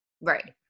right